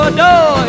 door